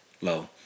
low